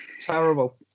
Terrible